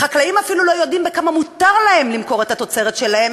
החקלאים אפילו לא יודעים בכמה מותר להם למכור את התוצרת שלהם,